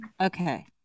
Okay